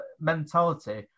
mentality